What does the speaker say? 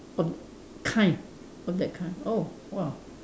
of kind of that kind oh !wah!